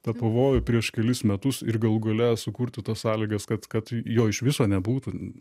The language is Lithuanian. tą pavojų prieš kelis metus ir galų gale sukurti tas sąlygas kad kad jo iš viso nebūtų